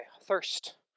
thirst